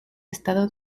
estado